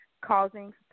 causing